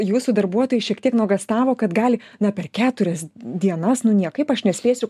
jūsų darbuotojai šiek tiek nuogąstavo kad gali na per keturias dienas nu niekaip aš nespėsiu